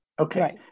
Okay